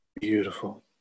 Beautiful